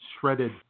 shredded